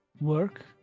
work